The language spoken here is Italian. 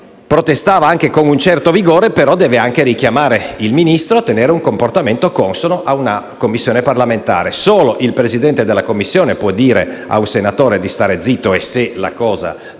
il Presidente della Commissione può dire a un senatore di stare zitto, se è